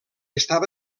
estava